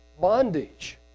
bondage